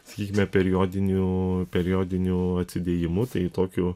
sakykime periodiniu periodiniu atsidėjimu tai tokiu